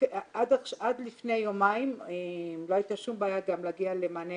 --- עד לפני יומיים לא הייתה שום בעיה להגיע למענה